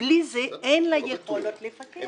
בלי זה, אין לה יכולת לפקח.